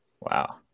Wow